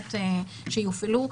המלונות שיופעלו.